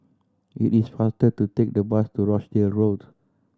it is faster to take the bus to Rochdale Road